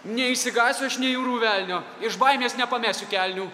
neišsigąsiu aš nei jūrų velnio iš baimės nepamesiu kelnių